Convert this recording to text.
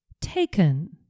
taken